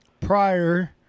prior